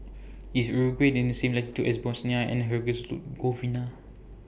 IS Uruguay in The same latitude as Bosnia and